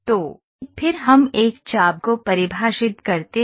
तो फिर हम एक चाप को परिभाषित करते हैं